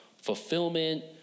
fulfillment